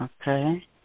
Okay